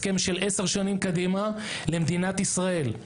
הסכם של עשר שנים קדימה, למדינת ישראל.